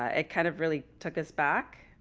ah it kind of really took us back.